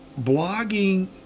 blogging